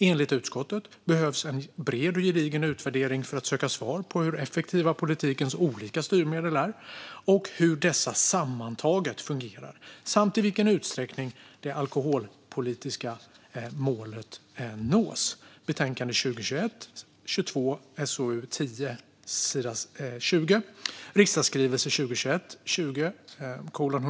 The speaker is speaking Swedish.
Enligt utskottet behövs en bred och gedigen utvärdering för att söka svar på hur effektiva politikens olika styrmedel är och hur dessa sammantaget fungerar samt i vilken utsträckning det alkoholpolitiska målet nås .